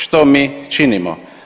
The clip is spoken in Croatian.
Što mi činimo?